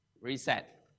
Reset